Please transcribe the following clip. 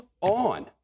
on